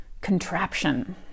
contraption